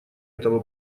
этого